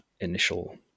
initial